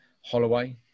Holloway